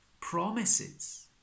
promises